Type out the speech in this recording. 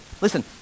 Listen